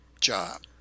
job